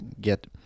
get